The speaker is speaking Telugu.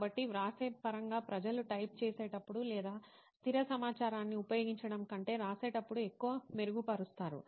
కాబట్టి వ్రాసే పరంగా ప్రజలు టైప్ చేసేటప్పుడు లేదా స్థిర సమాచారాన్ని ఉపయోగించడం కంటే రాసేటప్పుడు ఎక్కువ మెరుగుపరుస్తారు